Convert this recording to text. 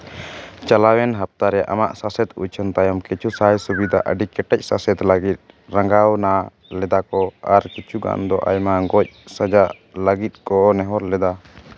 ᱪᱟᱞᱟᱣᱮᱱ ᱦᱟᱯᱛᱟ ᱨᱮ ᱟᱢᱟᱜ ᱥᱟᱥᱮᱛ ᱩᱪᱷᱟᱹᱱ ᱛᱟᱭᱚᱢ ᱠᱤᱪᱷᱩ ᱥᱟᱭ ᱥᱩᱵᱤᱫᱷᱟ ᱟᱹᱰᱤ ᱠᱮᱴᱮᱡ ᱥᱟᱥᱮᱛ ᱞᱟᱹᱜᱤᱫ ᱨᱟᱸᱜᱟᱣᱱᱟ ᱞᱮᱫᱟᱠᱚ ᱟᱨ ᱠᱤᱪᱷᱩ ᱜᱟᱱ ᱫᱚ ᱟᱭᱢᱟ ᱜᱚᱡ ᱥᱟᱡᱟᱣ ᱞᱟᱹᱜᱤᱫ ᱠᱚ ᱱᱮᱦᱚᱨ ᱞᱮᱫᱟ